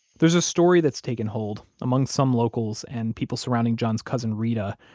there's a story that's taken hold among some locals and people surrounding john's cousin reta,